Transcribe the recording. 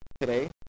today